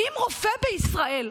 אם רופא בישראל,